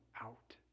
out